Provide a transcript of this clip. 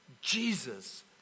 Jesus